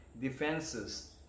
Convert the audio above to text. defenses